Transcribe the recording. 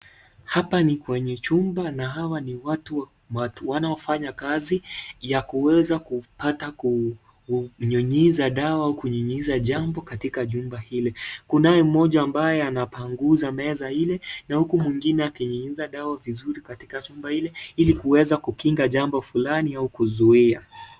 Hapa ni kwenye chumba, na hawa ni watu wanaoweza kufanya kazi, wanaoweza hata kuu, nyunyiza dawa, kunyunyiza jambo katika jumba hili, kunae mmoja ambaye anapanguza meza ile na huku mwingine akinyunyiza dawa vizuri katika chumba hili, ili kuweza kukinga jambo fulani au kuzuia.